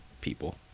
people